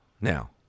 now